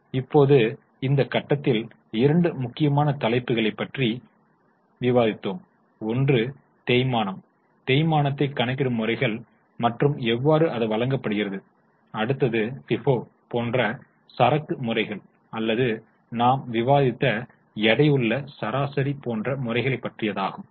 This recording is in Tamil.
இப்போது இந்த கட்டத்தில் இரண்டு முக்கியமான தலைப்புகளைப் பற்றி விவாதித்தோம் ஒன்று தேய்மானம் தேய்மானத்தை கணக்கிடும் முறைகள் மற்றும் எவ்வாறு அது வழங்கப்படுகிறது அடுத்தது ஃபிஃபோ போன்ற சரக்கு முறைகள் அல்லது நாம் விவாதித்த எடையுள்ள சராசரி போன்ற முறைகள் பற்றியதாகும்